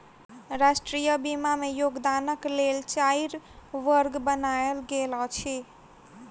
राष्ट्रीय बीमा में योगदानक लेल चाइर वर्ग बनायल गेल अछि